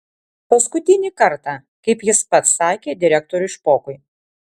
paskutinį kartą kaip jis pats sakė direktoriui špokui